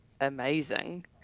amazing